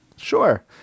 Sure